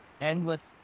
endless